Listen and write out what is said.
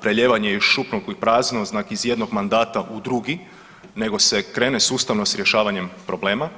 prelijevanje iz šupljeg u prazno iz jednog mandata u drugi nego se krene sustavno s rješavanjem problema.